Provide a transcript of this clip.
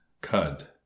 cud